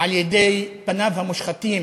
על-ידי פניו המושחתים